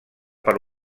per